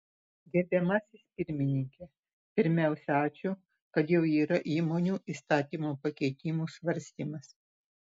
gerbiamasis pirmininke pirmiausia ačiū kad jau yra įmonių įstatymo pakeitimų svarstymas